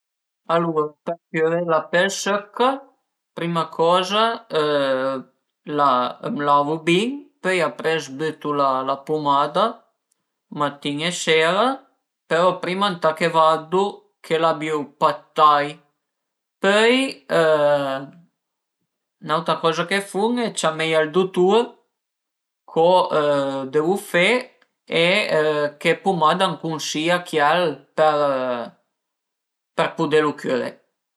Alura për cüré la pel sëca, prima coza më lavu bin, pöi apres büta la pumada matìn e sera, però prima ënt a che vardu che l'abiu pa dë tai, pöi n'auta coza che fun l'e ciamaie al dutur co devu fe e che pumada a më cunsìa chiel për pudelu cüré